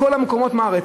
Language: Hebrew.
בכל המקומות בארץ,